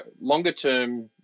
longer-term